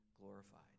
glorified